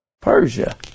Persia